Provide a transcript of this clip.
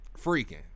freaking